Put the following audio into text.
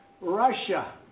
Russia